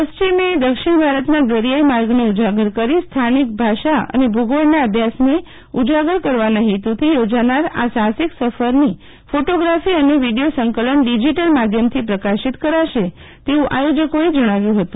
પ્રશ્રિમએ દક્ષિણ ભારતના દરિયાઈ માર્ગને ઉજાગર કરી સ્થાનિક ભાષા અને ભૂગોળના અભ્યાસને ઉજાગર કરવાના હેતુથી યોજાનાર આ સાહસિક સફરની ફોટોગ્રાફી અને વિડીયો સંકલન ડીઝીટલ માધ્યમથી પ્રકાશિત કરશે તેવું આયોજકોએ જણાવ્યું હતું